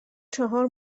چهار